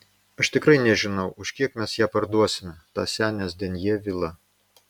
aš tikrai nežinau už kiek mes ją parduosime tą senės denjė vilą